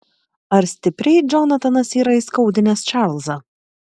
ar stipriai džonatanas yra įskaudinęs čarlzą